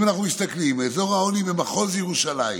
אם אנחנו מסתכלים, אזור העוני הוא במחוז ירושלים,